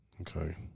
Okay